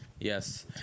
Yes